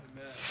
Amen